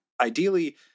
ideally